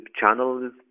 channels